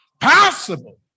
possible